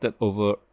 over